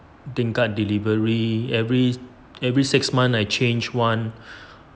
tingkat delivery every every six months I change [one]